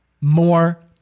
more